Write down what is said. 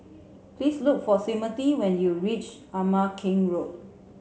please look for Timmothy when you reach Ama Keng Road